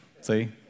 See